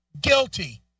guilty